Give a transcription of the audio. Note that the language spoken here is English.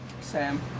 Sam